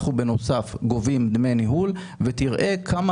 אנחנו בנוסף גובים דמי ניהול ותראה כמה